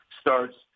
starts